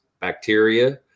bacteria